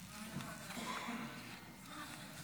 חמש דקות,